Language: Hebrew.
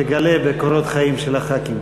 תגלה בקורות החיים של חברי הכנסת.